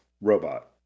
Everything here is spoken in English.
robot